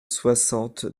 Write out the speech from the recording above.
soixante